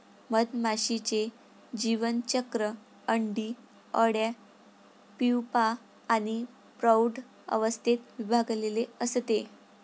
मधमाशीचे जीवनचक्र अंडी, अळ्या, प्यूपा आणि प्रौढ अवस्थेत विभागलेले असते